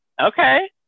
Okay